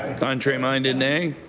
and contrary-minded nay?